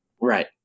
Right